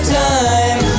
time